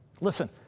Listen